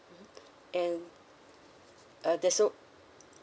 mmhmm and uh there's al~